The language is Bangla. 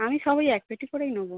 আমি সব ওই এক পেটি করেই নোবো